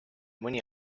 mõni